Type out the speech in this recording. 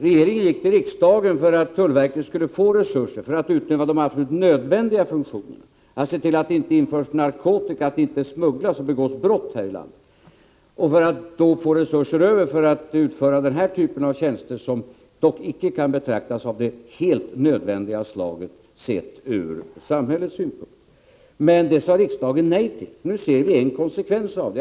Regeringen gick till riksdagen för att tullverket skulle få resurser för att utöva de absolut nödvändiga funktionerna — att se till att det inte införs narkotika, att det inte smugglas och begås brott här i landet — och för att få resurser över för att utföra den här typen av tjänster, som dock inte kan anses vara av det helt nödvändiga slaget, sett ur samhällets synpunkt. Men detta sade riksdagen nej till. Nu ser vi en konsekvens av det.